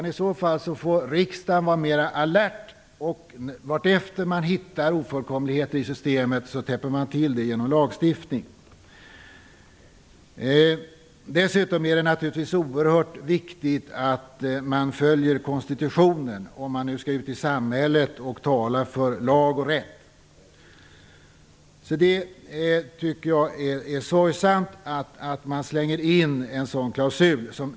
Riksdagen får i så fall vara mer alert och vartefter man hittar ofullkomligheter i systemet täppa till det genom lagstiftning. Det är dessutom oerhört viktigt att man följer konstitutionen om man skall ut i samhället och tala för lag och rätt. Jag tycker att det är sorgesamt att man släpper in en sådan klausul.